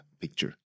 picture